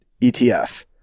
ETF